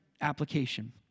application